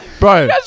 Bro